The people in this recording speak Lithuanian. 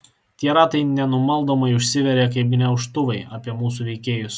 tie ratai nenumaldomai užsiveria kaip gniaužtuvai apie mūsų veikėjus